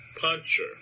puncher